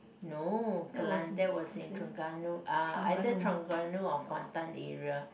no Kelan that was in Terengganu uh either Terengganu or Kuantan area